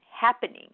happening